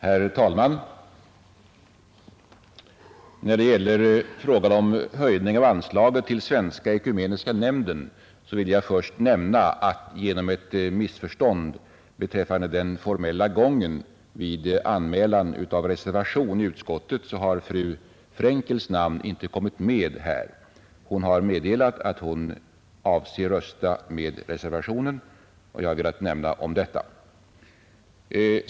Herr talman! När det gäller frågan om höjning av anslaget till Svenska ekumeniska nämnden vill jag först säga att genom ett missförstånd beträffande den formella gången vid anmälan av reservation i utskottet har fru Frenkels namn inte kommit med här. Hon har meddelat att hon avser att rösta för reservationen, och jag har velat nämna detta.